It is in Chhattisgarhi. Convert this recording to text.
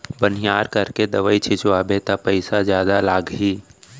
बनिहार करके दवई छिंचवाबे त पइसा जादा लागही